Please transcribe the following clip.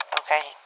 okay